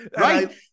Right